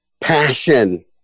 Passion